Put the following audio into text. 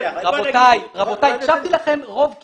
רבותיי, הקשבתי לכם רוב קשב.